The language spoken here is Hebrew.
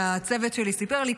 הצוות שלי סיפר לי,